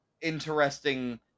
interesting